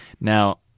Now